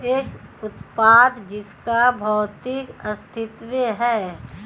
एक उत्पाद जिसका भौतिक अस्तित्व है?